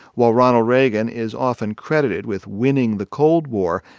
while ronald reagan is often credited with winning the cold war,